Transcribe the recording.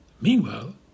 Meanwhile